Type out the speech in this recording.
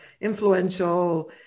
influential